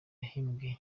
yahimbye